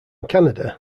canada